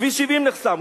כביש 70 נחסם,